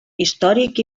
històric